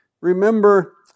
remember